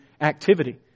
activity